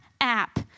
app